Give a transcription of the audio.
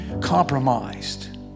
compromised